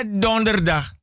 donderdag